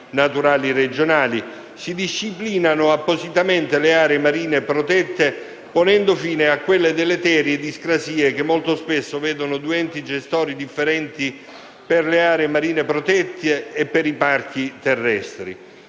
naturali regionali. Inoltre, si disciplinano appositamente le aree marine protette, ponendo fine a quelle deleterie discrasie che molto spesso vedono due enti gestori differenti per le aree marine protette e per i parchi terrestri.